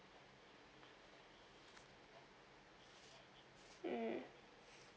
mm